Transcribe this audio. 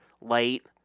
late